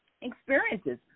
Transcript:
experiences